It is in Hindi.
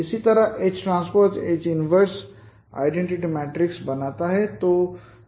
इसी तरह HTH 1 भी पहचान मैट्रिक्स बनाता है